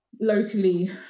locally